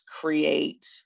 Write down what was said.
create